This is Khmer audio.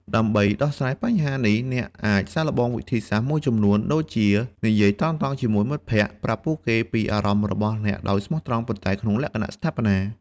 ដើម្បីដោះស្រាយបញ្ហានេះ អ្នកអាចសាកល្បងវិធីសាស្ត្រមួយចំនួនដូចជានិយាយត្រង់ៗជាមួយមិត្តភក្តិ ប្រាប់ពួកគេពីអារម្មណ៍របស់អ្នកដោយស្មោះត្រង់ ប៉ុន្តែក្នុងលក្ខណៈស្ថាបនា។